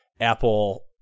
Apple